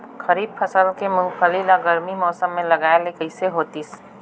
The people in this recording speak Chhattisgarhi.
खरीफ फसल के मुंगफली ला गरमी मौसम मे लगाय ले कइसे होतिस?